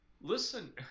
Listen